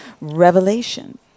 Revelation